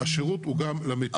השירות הוא גם למתים.